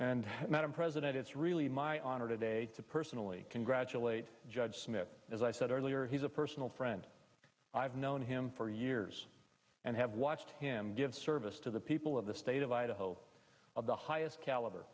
madam president it's really my honor today to personally congratulate judge smith as i said earlier he's a personal friend i've known him for years and have watched him give service to the people of the state of idaho of the highest caliber